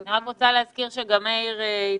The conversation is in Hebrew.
אני רק רוצה להזכיר שנמצא אתנו מאיר הלוי,